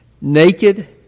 Naked